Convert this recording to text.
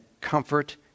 comfort